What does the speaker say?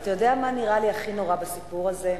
אתה יודע מה נראה לי הכי נורא בסיפור הזה?